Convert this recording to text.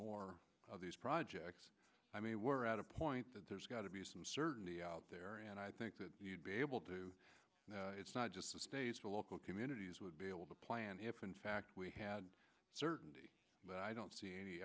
more of these projects i mean we're at a point that there's got to be some certainty out there and i think that you'd be able to it's not just the states for local communities would be able to plan if in fact we had certainty but i don't see any